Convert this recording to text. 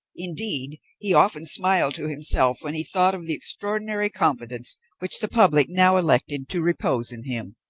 indeed, he often smiled to himself when he thought of the extraordinary confidence which the public now elected to repose in him.